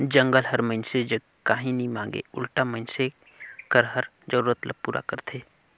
जंगल हर मइनसे जग काही नी मांगे उल्टा मइनसे कर हर जरूरत ल पूरा करथे